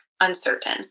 uncertain